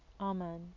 Amen